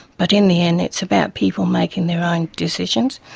but in the end it's about people making their own decisions.